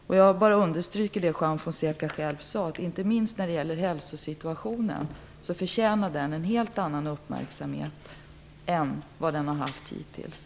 Jag vill bara understryka det Juan Fonseca själv sade, dvs. att inte minst hälsosituationen förtjänar en helt annan uppmärksamhet än vad den fått hittills.